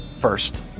first